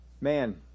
Man